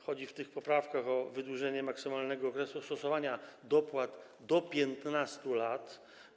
Chodzi w tych poprawkach o wydłużenie maksymalnego okresu stosowania dopłat do 15 lat.